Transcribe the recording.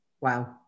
wow